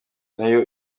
nayo